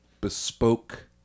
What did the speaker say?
bespoke